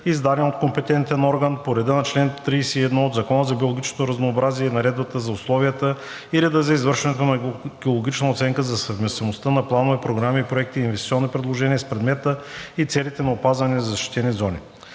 издаден от компетентен орган по реда на чл. 31 от Закона за биологичното разнообразие и Наредбата за условията и реда за извършване на екологична оценка за съвместимостта на планове, програми, проекти и инвестиционни предложения с предмета и целите на опазване на защитените зони.